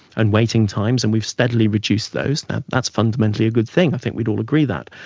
and waiting times, and we've steadily reduced those, that's fundamentally a good thing, i think we'd all agree that.